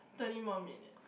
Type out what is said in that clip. thirty more minute